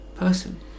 person